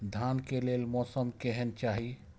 धान के लेल मौसम केहन चाहि?